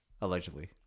allegedly